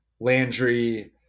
Landry